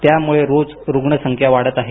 त्यामुळे रोज रुग्णसंख्या वाढत आहे